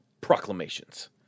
proclamations